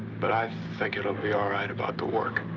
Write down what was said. but i think it'll be all right about the work.